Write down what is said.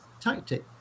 tactic